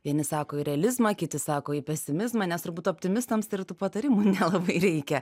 vieni sako į realizmą kiti sako į pesimizmą nes turbūt optimistams ir tų patarimų nelabai reikia